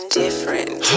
different